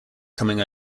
coming